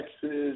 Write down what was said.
Texas